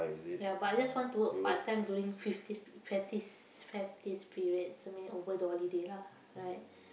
ya but I just want to work part-time during fifteen practice practice period so meaning over the holiday lah right